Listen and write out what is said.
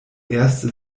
erste